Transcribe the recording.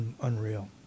unreal